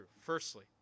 Firstly